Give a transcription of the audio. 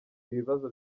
ibibazo